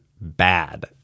bad